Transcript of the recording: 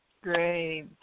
Great